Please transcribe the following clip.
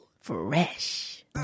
fresh